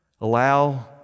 Allow